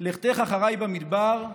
לכתך אחרי במדבר,